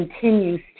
continues